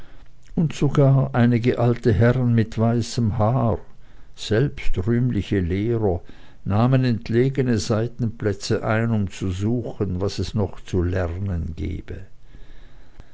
und sogar einige alte herren mit weißem haar selbst rühmliche lehrer nahmen entlegene seitenplätze ein um zu suchen was es noch zu lernen gebe